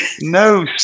no